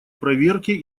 проверки